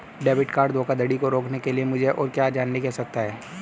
Debit card धोखाधड़ी को रोकने के लिए मुझे और क्या जानने की आवश्यकता है?